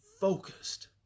focused